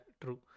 true